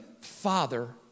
father